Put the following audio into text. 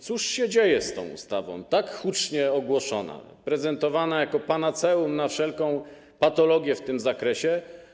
Cóż się dzieje z tą ustawą, tak hucznie ogłoszoną, prezentowaną jako panaceum na wszelką patologię w tym zakresie?